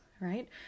right